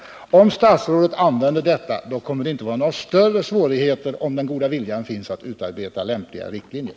Om statsrådet använder detta tillvägagångssätt kommer det inte att finnas några större svårigheter att, om den goda viljan finns, kunna utarbeta lämpliga riktlinjer.